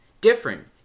different